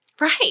right